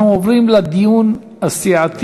להגשת בקשות לתמיכה מתקציב